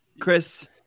Chris